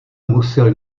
musil